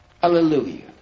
Hallelujah